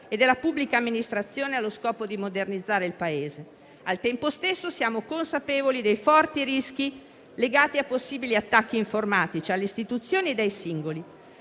e della pubblica amministrazione, allo scopo di modernizzare il Paese; al tempo stesso siamo consapevoli dei forti rischi legati a possibili attacchi informatici alle istituzioni e ai singoli.